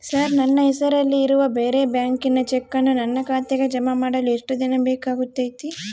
Sir ನನ್ನ ಹೆಸರಲ್ಲಿ ಇರುವ ಬೇರೆ ಬ್ಯಾಂಕಿನ ಚೆಕ್ಕನ್ನು ನನ್ನ ಖಾತೆಗೆ ಜಮಾ ಮಾಡಲು ಎಷ್ಟು ದಿನ ಬೇಕಾಗುತೈತಿ?